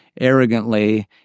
arrogantly